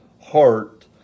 heart